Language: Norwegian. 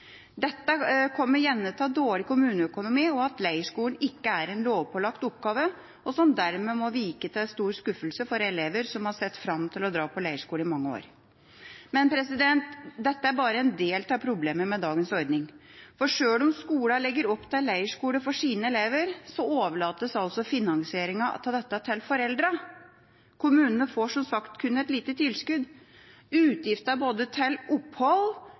Dette kommer gjerne av dårlig kommuneøkonomi og at leirskole ikke er en lovpålagt oppgave og dermed må vike – til stor skuffelse for elever som har sett fram til å dra på leirskole i mange år. Men dette er bare en del av problemet med dagens ordning, for sjøl om skolene legger opp til leirskole for sine elever, så overlates finansieringa av dette til foreldrene. Kommunene får, som sagt, kun et lite tilskudd. Utgiftene til både opphold, reise og – i enkelte tilfeller – til